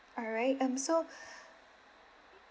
alright um so